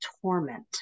torment